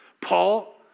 Paul